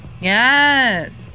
Yes